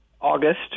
August